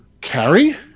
carry